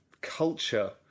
culture